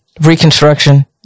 Reconstruction